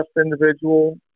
individual